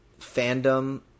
fandom